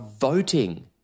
voting